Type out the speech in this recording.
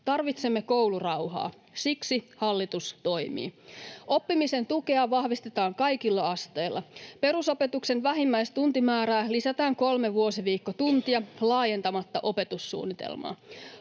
Tarvitsemme koulurauhaa. Siksi hallitus toimii. Oppimisen tukea vahvistetaan kaikilla asteilla. Perusopetuksen vähimmäistuntimäärää lisätään kolme vuosiviikkotuntia laajentamatta opetussuunnitelmaa.